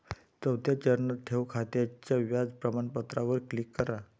चौथ्या चरणात, ठेव खात्याच्या व्याज प्रमाणपत्रावर क्लिक करा